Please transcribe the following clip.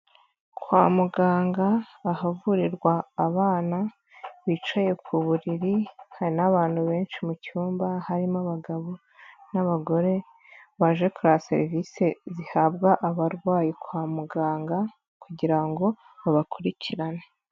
Kwa muganga ahavurirwa abana bicaye ku buriri, hari n'abantu benshi mu cyumba, harimo abagabo n'abagore baje kureba serivisi zihabwa abarwayi kwa muganga kugira ngo babakurikirane.